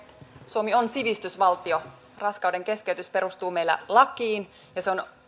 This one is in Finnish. suomi on sivistysvaltio raskaudenkeskeytys perustuu meillä lakiin ja se on